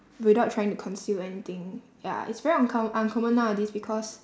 without trying to conceal anything ya it's very uncomm~ uncommon nowadays because